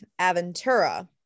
Aventura